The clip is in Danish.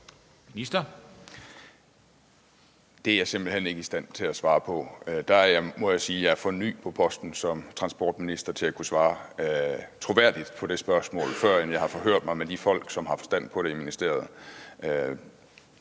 Det er jeg simpelt hen ikke i stand til at svare på. Der må jeg sige, at jeg er for ny på posten som transportminister til at kunne svare troværdigt på det spørgsmål, før jeg har forhørt mig hos de folk i ministeriet,